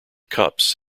cups